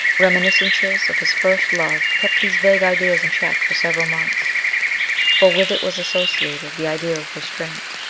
reminiscences of his first love kept these vague ideas in check for several months for with it was associated the idea of restraint.